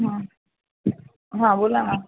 हं हां बोला मॅम